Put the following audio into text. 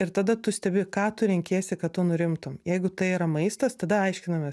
ir tada tu stebi ką tu renkiesi kad tu nurimtum jeigu tai yra maistas tada aiškinomės